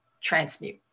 transmute